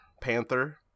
Panther